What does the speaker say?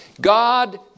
God